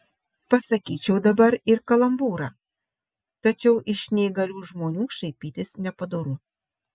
pasakyčiau dabar ir kalambūrą tačiau iš neįgalių žmonių šaipytis nepadoru